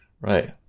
right